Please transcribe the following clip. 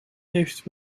heeft